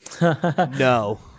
No